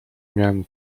miałem